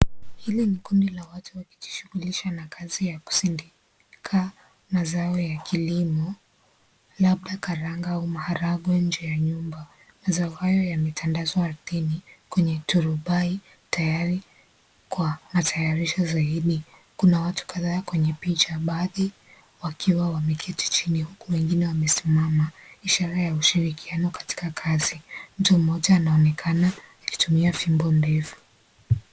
Hili ni kundi la watu wakijishughulisha na kazi ya kusindika mazao ya kilimo labda karanga au maharagwe nje ya nyumba . Mazao hayo yametandazwa ardhini kwenye turubai tayari kwa matayarisho zaidi . Kuna watu kadhaa kwenye picha baadhi wakiwa wameketi chini huku wengine wamesimama ishara ya ushirikiano katika kazi . Mtu mmoja anaonekana akitumia fimbo ndefu.